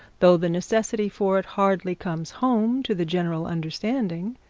though the necessity for it hardly comes home to the general understanding.